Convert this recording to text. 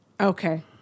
Okay